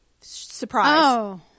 Surprise